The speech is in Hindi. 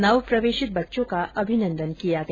नव प्रवेषित बच्चों का अभिनंदन किया गया